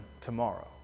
tomorrow